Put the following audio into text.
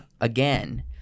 again